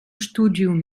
studium